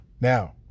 Now